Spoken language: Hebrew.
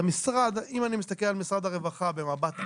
אם אני מסתכל על משרד הרווחה במבט על,